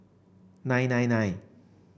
nine nine nine